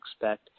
expect